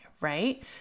right